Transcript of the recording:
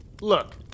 Look